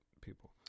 people